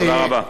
תודה רבה.